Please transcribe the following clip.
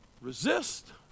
Resist